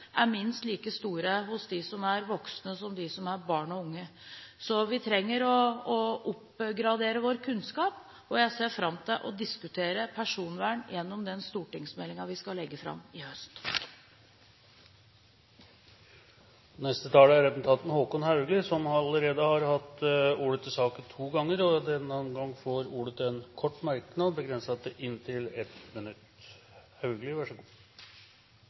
er minst like store hos dem som er voksne, som hos dem som er barn og unge. Vi trenger å oppgradere vår kunnskap, og jeg ser fram til å diskutere personvern gjennom den stortingsmeldingen vi skal legge fram i høst. Representanten Håkon Haugli har hatt ordet til saken to ganger og får i denne omgang ordet til en kort merknad, begrenset til 1 minutt.